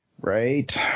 Right